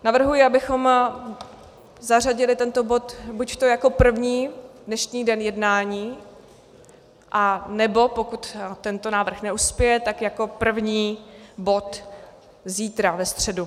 Navrhuji, abychom zařadili tento bod buď jako první na dnešní den jednání, anebo pokud tento návrh neuspěje, tak jako první bod zítra, ve středu.